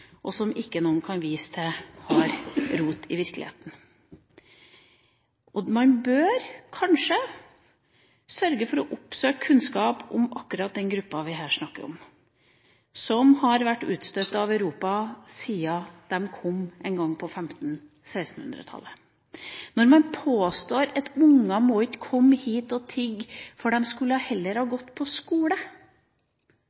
og som ikke noen kan vise til at har rot i virkeligheten. Man bør kanskje sørge for å oppsøke kunnskap om akkurat den gruppa vi her snakker om, som har vært utstøtt fra Europa siden den kom en gang på 1500–1600-tallet. Når man påstår at unger ikke må komme hit å tigge fordi de heller skulle ha